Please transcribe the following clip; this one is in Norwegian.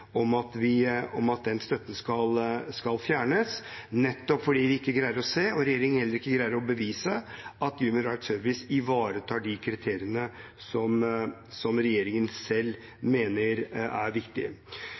om at den støtten skal fjernes, nettopp fordi vi ikke greier å se, og regjeringen heller ikke greier å bevise, at Human Rights Service ivaretar de kriteriene som regjeringen